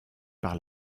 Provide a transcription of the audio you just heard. par